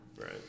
Right